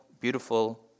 beautiful